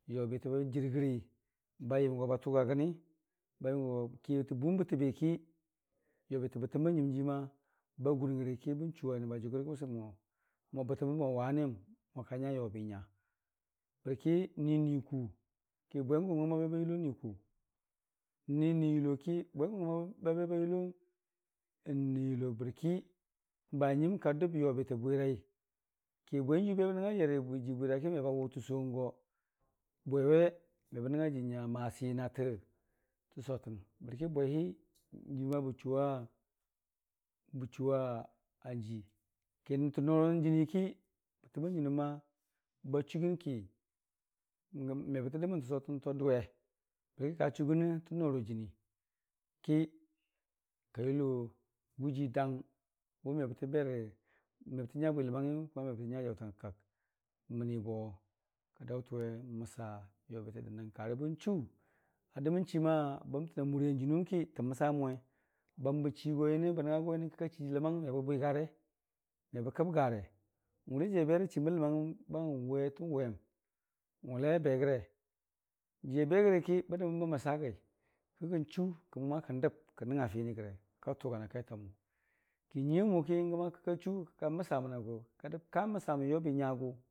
Yobitə ba jɨrgəri bayəm goba tʊga gəni ba yənigo kitə bun bətəbiki yobitə bətənibajiima ba gungəri kibən chu anəbbajʊgʊr ki bənsʊwe mo bətəm bam mo ka nya yobi nya bərki ni n'niiku ki bwengʊ n'gə n'gəbabe ba yun niiku, ni n'nyuloki bwengʊ ba yulon niyulo bərki bahanjiim ka dəb yobitə bwirai, ki bwenjiiyu bəbəbə nəngnga yari wajii bwirai kimeba wʊtən sʊwong go bwewe mebə nəngnga jiinya masinatə sotən bərki bweihi gəma bə chuwa bəchu wanjii kintə noron jɨniiki bətəm banjɨnɨmba chugənki mebətə dəmən tə sotənto adʊwe bəkika chugənə tə noro jɨnii kika julo gujii dang wʊ me bətəbe rə məbə tə nya bwi ləniaringiyʊ mebətə nya jaʊtangakak. Boka daʊtənwe n'məsa jobitə dən dang, karə bə n'chu a dəmən chiim a bəmtəna muriiya jənuwu ki tə məsamənwe, bambə chiigo nyəne bə nəngnga go nyəne kika chii ləmangmebə bwigare me bə kəbgare, n'wʊlaijiiya berə chiimbə ləmangngəm ba n'we tən wen n'wʊlai abe gəre, jiiya begəriki bəgəriki bən dəmən məsagai kəkənchu kə kəndəb kən nəngnga fini gəre kika tʊgan akaitamʊ kin nyuiiyamʊ kin gəyangka chu ka məsa mənagʊ.